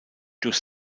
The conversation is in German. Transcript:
durch